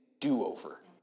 do-over